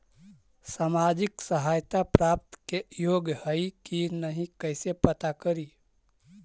सामाजिक सहायता प्राप्त के योग्य हई कि नहीं कैसे पता करी?